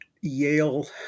Yale